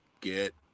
Get